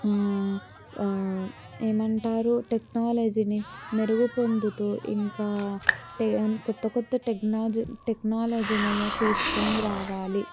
ఏమంటారు టెక్నాలజిని మెరుగు పొందుతూ ఇంకా టే అన్ కొత్త కొత్త టెక్నాజీ టెక్నాలజీనులు తీసుకోని రావాలి